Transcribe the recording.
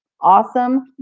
awesome